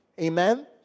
Amen